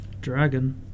dragon